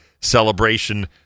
celebration